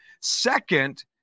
Second